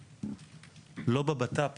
לא בביטחון הפנים.